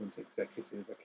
executive